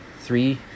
three